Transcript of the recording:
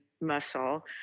muscle